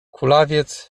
kulawiec